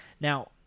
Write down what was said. now